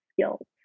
skills